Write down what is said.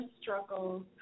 struggles